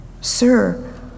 Sir